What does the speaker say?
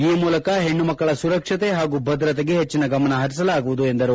ಈ ಮೂಲಕ ಹೆಣ್ಣು ಮಕ್ಕಳ ಸುರಕ್ಷತೆ ಹಾಗೂ ಭದ್ರತೆಗೆ ಹೆಚ್ಚಿನ ಗಮನ ಹರಿಸಲಾಗುವುದು ಎಂದರು